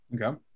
Okay